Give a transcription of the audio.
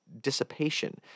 dissipation